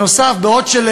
נוסף על כך,